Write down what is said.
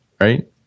right